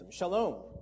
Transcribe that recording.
Shalom